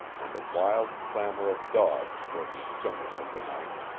and a wild clamor of dogs broke the stillness of the night.